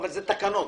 זה תקנות.